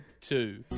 two